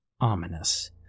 ominous